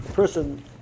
person